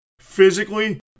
Physically